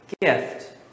gift